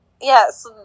Yes